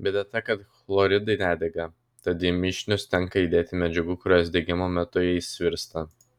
bėda ta kad chloridai nedega tad į mišinius tenka įdėti medžiagų kurios degimo metu jais virsta